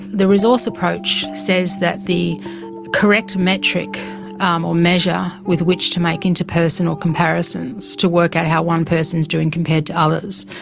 the resource approach says that the correct metric um or measure with which to make interpersonal comparisons, to work out how one person's doing compared to others,